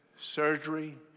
surgery